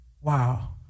Wow